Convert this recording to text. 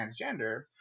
transgender